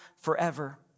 forever